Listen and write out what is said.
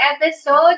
episode